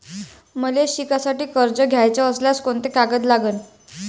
मले शिकासाठी कर्ज घ्याचं असल्यास कोंते कागद लागन?